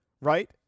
right